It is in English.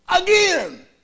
again